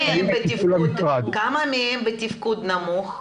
כמה מהם בתפקוד נמוך?